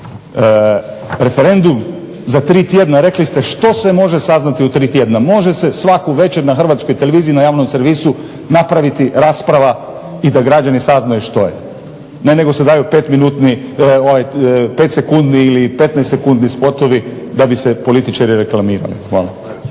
referendum za tri tjedna. Rekli ste što se može saznati u 3 tjedna? Može se svaku večer na Hrvatskoj televiziju na javnom servisu napraviti rasprava i da građani saznaju što je. Ne, nego se daju pet minutni, pet sekundni ili petnaest sekundni spotovi da bi se političari reklamirali. Hvala.